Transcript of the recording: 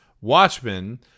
Watchmen